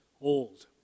old